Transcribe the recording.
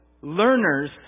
learners